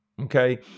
Okay